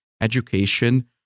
education